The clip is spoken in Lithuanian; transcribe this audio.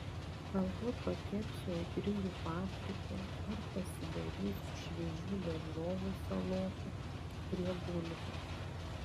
galbūt pakepsiu aitriųjų paprikų ar pasidarysiu šviežių daržovių salotų prie bulvių